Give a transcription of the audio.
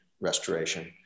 restoration